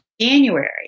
January